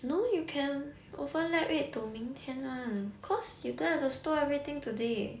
no you can overlap it to 明天 one cause you don't have to stow everything today